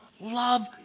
love